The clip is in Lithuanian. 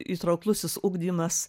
įtrauklusis ugdymas